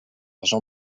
jean